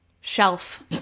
Shelf